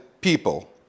people